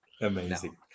amazing